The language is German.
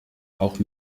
auch